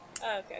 okay